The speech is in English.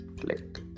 click